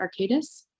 Arcadis